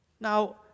Now